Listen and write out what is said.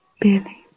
Billy